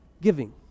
giving